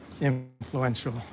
influential